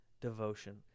devotion